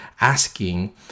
asking